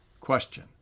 Question